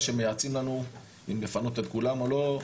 שמייעצים לנו אם לפנות את כולם או לא,